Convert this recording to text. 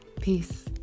Peace